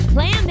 Plan